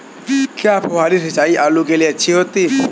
क्या फुहारी सिंचाई आलू के लिए अच्छी होती है?